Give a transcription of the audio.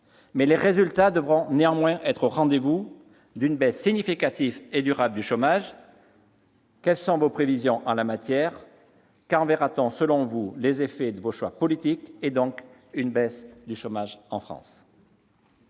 mais les résultats devront néanmoins être au rendez-vous d'une baisse significative et durable du chômage. Quelles sont vos prévisions en la matière ? Quand verra-t-on, selon vous, les effets de vos choix politiques et, donc, une baisse du chômage en France ?